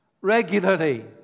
Regularly